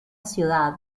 ciudad